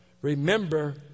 remember